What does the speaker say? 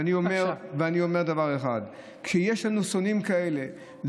ואני אומר דבר אחד: כשיש לנו שונאים כאלה,